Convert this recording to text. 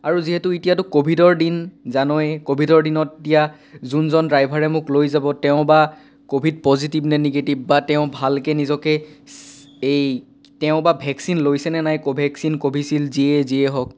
আৰু যিহেতু এতিয়াতো কোভিডৰ দিন জানই কোভিডৰ দিনত এতিয়া যোনজন ড্ৰাইভাৰে মোক লৈ যাব তেওঁ বা কোভিড পজিটিভ নে নিগেটিভ বা তেওঁ ভালকৈ নিজকে এই তেওঁ বা ভেকচিন লৈছেনে নাই কোভেক্সিন কভিশ্ৱিল যিয়েই যিয়েই হওক